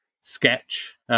sketch